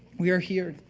we are here